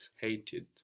hated